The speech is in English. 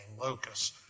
locus